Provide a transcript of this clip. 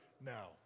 now